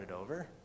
over